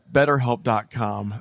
BetterHelp.com